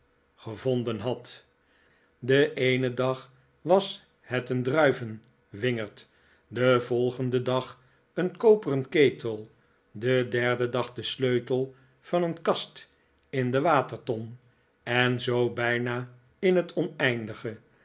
gevonden had den eenen dag was het een druivenwingerd den volgenden dag een koperen ketel den derden dag de sleutel van een kast in de waterton en zoo bijna in het oneindige